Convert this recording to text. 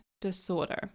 disorder